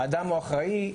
האדם הוא אחראי,